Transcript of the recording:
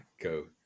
go